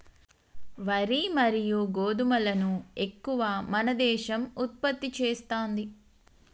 వరి మరియు గోధుమలను ఎక్కువ మన దేశం ఉత్పత్తి చేస్తాంది